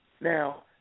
Now